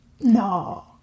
No